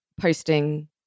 posting